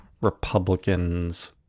Republicans –